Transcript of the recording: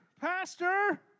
pastor